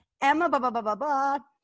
Emma